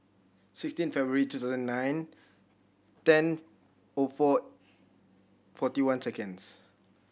sixteen February two thousand and nine ten O four forty one seconds